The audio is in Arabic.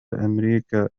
أمريكا